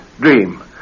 dream